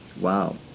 Wow